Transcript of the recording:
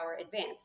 advanced